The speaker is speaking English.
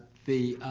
the